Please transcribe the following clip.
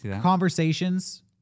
Conversations